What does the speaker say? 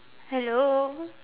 hello